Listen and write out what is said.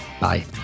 bye